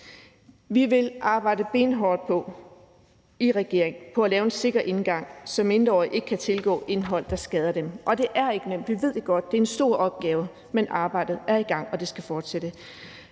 arbejde benhårdt på at lave en sikker indgang, så mindreårige ikke kan tilgå indhold, der skader dem. Det er ikke nemt, det ved vi godt, det er en stor opgave, men arbejdet er i gang, og det skal fortsætte.